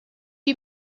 you